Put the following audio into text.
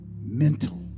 mental